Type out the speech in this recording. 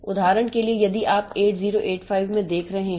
उदाहरण के लिए यदि आप 8085 में देख रहे हैं